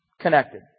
connected